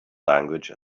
language